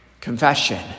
confession